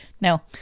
No